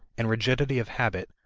and rigidity of habit,